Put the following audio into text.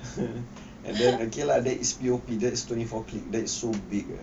and then okay lah that is P_O_P that is twenty four K that is so big ah